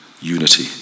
unity